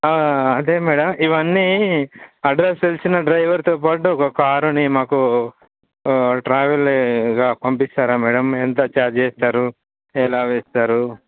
అంటే మేడం ఇవన్నీ అడ్రస్ తెలిసిన డ్రైవర్తో పాటు ఒక కారుని మాకు ట్రావెల్గా పంపిస్తారా మేడం ఎంత ఛార్జ్ చేస్తారు ఎలా వేస్తారు